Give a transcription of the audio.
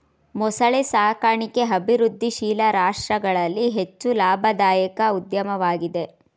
ಮೊಸಳೆ ಸಾಕಣಿಕೆ ಅಭಿವೃದ್ಧಿಶೀಲ ರಾಷ್ಟ್ರಗಳಲ್ಲಿ ಹೆಚ್ಚು ಲಾಭದಾಯಕ ಉದ್ಯಮವಾಗಿದೆ